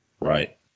Right